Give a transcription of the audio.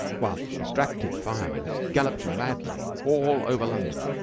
while distracted firemen galloped madly all over london,